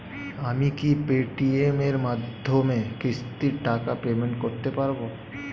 আমি কি Paytm এর মাধ্যমে কিস্তির টাকা পেমেন্ট করতে পারব?